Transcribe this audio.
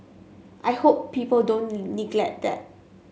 I hope people don't neglect that